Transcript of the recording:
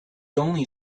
only